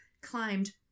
climbed